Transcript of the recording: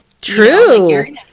True